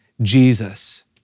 Jesus